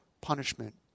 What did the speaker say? punishment